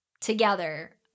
together